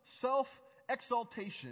self-exaltation